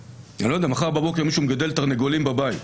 נניח שמחר בבוקר מישהו מגדל תרנגולים בבית.